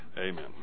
Amen